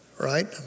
right